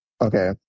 Okay